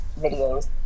videos